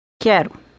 Quero